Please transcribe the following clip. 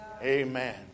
Amen